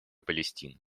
палестины